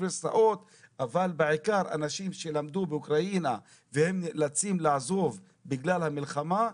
אבל בעיקר אנשים שלמדו באוקראינה ונאלצים לעזוב בגלל המלחמה,